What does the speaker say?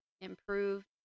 improved